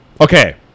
Okay